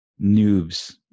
noobs